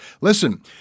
Listen